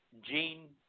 Gene